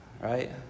right